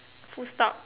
full stop